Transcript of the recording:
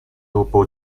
dopo